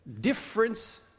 Difference